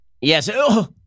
Yes